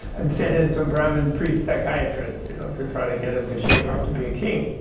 and sent in some brahman priest psychiatrists you know to try to get him to shape up to be a king.